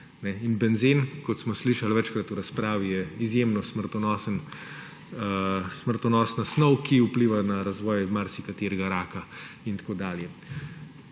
Benzen, kot smo slišali večkrat v razpravi, je izjemno smrtonosna snov, ki vpliva na razvoj marsikaterega raka in tako naprej.